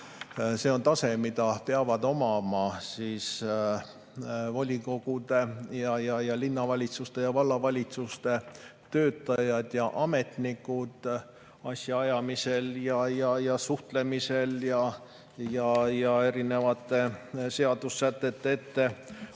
See on tase, mida peavad omama volikogude ja linnavalitsuste ja vallavalitsuste töötajad, ametnikud asjaajamisel ja suhtlemisel ja erinevate seadussätete